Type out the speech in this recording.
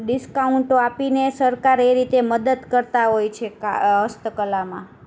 ડિસ્કાઉન્ટો આપીને સરકાર એ રીતે મદદ કરતાં હોય છે હસ્ત કલામાં